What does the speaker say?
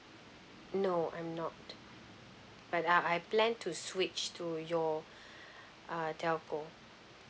no I'm not but uh I plan to switch to your uh telco